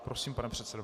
Prosím, pane předsedo.